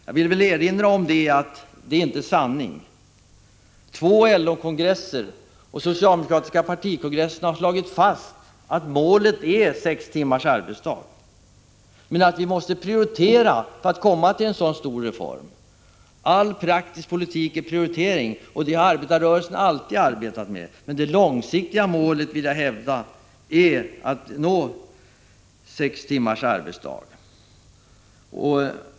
Jag vill framhålla att detta inte är sanning. Två LO-kongresser och den socialdemokratiska partikongressen har slagit fast att målet är sex timmars arbetsdag, men att vi måste prioritera, innan vi kan genomföra en så stor reform. All praktisk politik är prioritering, och enligt den principen har arbetarrörelsen alltid arbetat. Men jag vill hävda att det långsiktiga målet är att vi skall få sex timmars arbetsdag.